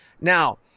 Now